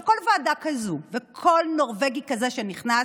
כל ועדה כזאת וכל נורבגי כזה שנכנס,